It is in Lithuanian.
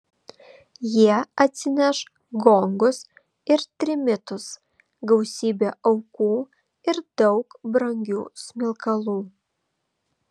jie atsineš gongus ir trimitus gausybę aukų ir daug brangių smilkalų